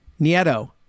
Nieto